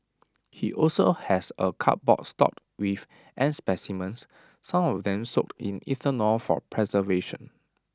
he also has A cupboard stocked with ant specimens some of them soaked in ethanol for preservation